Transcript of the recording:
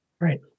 right